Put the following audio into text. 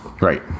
right